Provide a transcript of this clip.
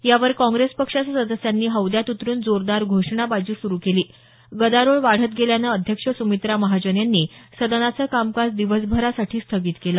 यावर काँग्रेस पक्षाच्या सदस्यांनी हौद्यात उतरून जोरदार घोषणाबाजी सुरू केली गदारोळ वाढत गेल्यानं अध्यक्ष सुमित्रा महाजन यांनी सदनाचं कामकाज दिवसभरासाठी स्थगित केलं